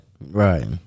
Right